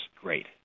great